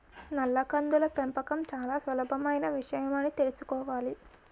నల్ల కందుల పెంపకం చాలా సులభమైన విషయమని తెలుసుకోవాలి